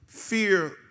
Fear